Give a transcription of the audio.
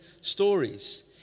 stories